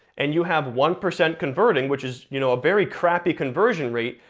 and you have one percent converting, which is you know a very crappy conversion rate,